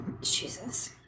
Jesus